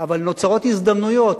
אבל נוצרות הזדמנויות,